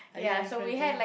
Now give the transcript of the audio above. are you referring to him